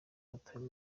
yatawe